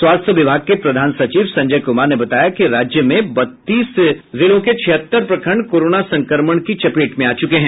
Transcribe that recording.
स्वास्थ्य विभाग के प्रधान सचिव संजय कुमार ने बताया कि राज्य में बत्तीस जिलों के छिहत्तर प्रखंड कोरोना संक्रमण की चपेट में आ चुके है